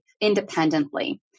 independently